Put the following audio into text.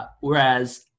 Whereas